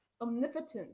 omnipotent